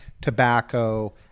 tobacco